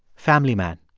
family man.